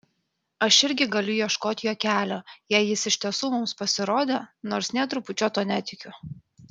aš irgi galiu ieškot jo kelio jei jis iš tiesų mums pasirodė nors nė trupučio tuo netikiu